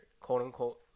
quote-unquote